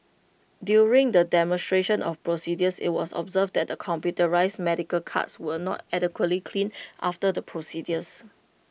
during the demonstrations of procedures IT was observed that the computerised medical carts were not adequately cleaned after the procedures